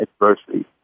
adversity